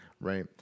right